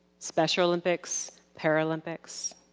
special olympics, paralympics.